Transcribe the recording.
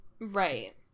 Right